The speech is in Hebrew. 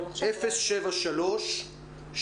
אבל עכשיו אולי הם יכירו.